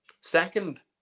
Second